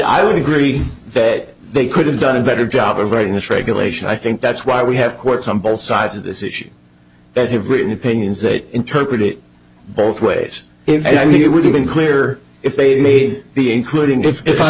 i would agree that they could have done a better job of writing this regulation i think that's why we have courts on both sides of this issue that have written opinions that interpret it both ways if i think it would have been clear if they may be including